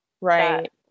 Right